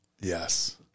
Yes